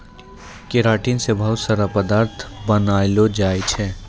keratin से बहुत सारा पदार्थ बनलो जाय छै